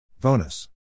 Bonus